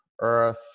Earth